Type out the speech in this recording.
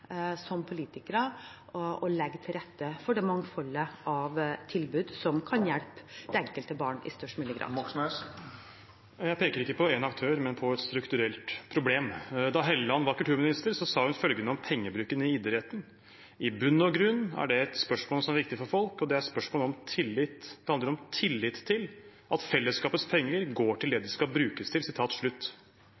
som politikere å legge til rette for det mangfoldet av tilbud som kan hjelpe det enkelte barn i størst mulig grad. Jeg peker ikke på én aktør, men på et strukturelt problem. Da Helleland var kulturminister, sa hun følgende om pengebruken i idretten: «I bunn og grunn er det ett spørsmål som er viktig for folk, og det er spørsmålet om tillit. Det handler om tillit til at fellesskapets penger går til